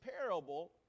parable